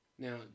Now